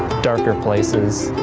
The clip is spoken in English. darker places